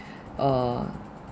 uh